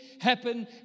happen